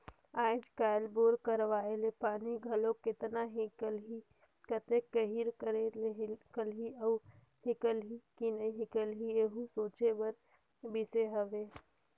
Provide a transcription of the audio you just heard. आएज काएल बोर करवाए ले पानी घलो केतना हिकलही, कतेक गहिल करे ले हिकलही अउ हिकलही कि नी हिकलही एहू सोचे कर बिसे हवे